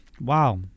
Wow